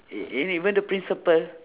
e~ even the principal